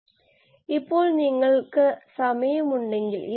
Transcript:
പിന്നെ നമ്മൾ പറഞ്ഞു നമ്മൾ ഒരു ജാലകം തുറന്ന് നോക്കും